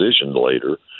later